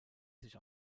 sich